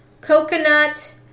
coconut